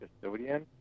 custodian